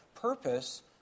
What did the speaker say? purpose